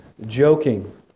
joking